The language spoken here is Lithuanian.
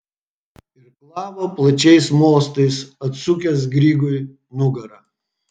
irklavo plačiais mostais atsukęs grygui nugarą